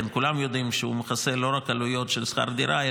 כולם יודעים שהוא מכסה לא רק עלויות של שכר דירה,